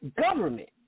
government